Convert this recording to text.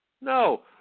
No